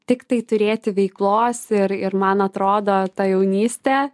tiktai turėti veiklos ir ir man atrodo ta jaunystė